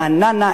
רעננה,